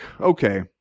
okay